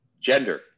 gender